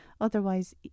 Otherwise